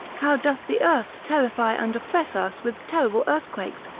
how doth the earth terrify and oppress us with terrible earthquakes,